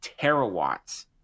terawatts